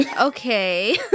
Okay